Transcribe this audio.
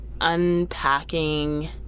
unpacking